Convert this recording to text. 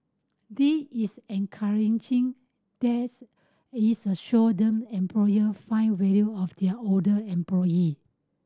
this is encouraging that's it's a show them employer find value of their older employee